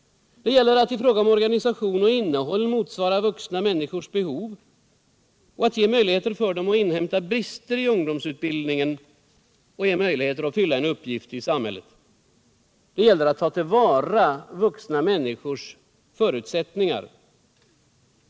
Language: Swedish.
Det gäller att i fråga om organisation och innehåll motsvara vuxna människors behov, att ge dem möjligheter att inhämta brister i ungdomsutbildningen och fylla en uppgift i samhället. Det gäller att ta till vara vuxna människors förutsättningar.